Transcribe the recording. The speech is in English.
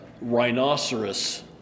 rhinoceros